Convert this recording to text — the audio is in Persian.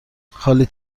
خالی